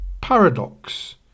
paradox